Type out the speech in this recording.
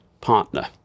partner